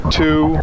two